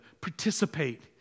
participate